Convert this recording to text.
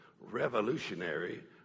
revolutionary